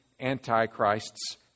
Antichrists